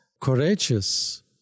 courageous